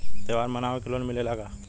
त्योहार मनावे के लोन मिलेला का?